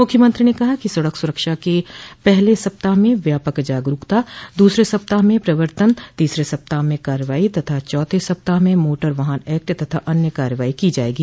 मुख्यमंत्री ने कहा कि सड़क सुरक्षा के पहले सप्ताह में व्यापक जागरूकता दूसरे सप्ताह में प्रवर्तन तीसरे सप्ताह में कार्रवाई तथा चौथे सप्ताह में मोटर वाहन एक्ट तथा अन्य कार्रवाई की जायेगी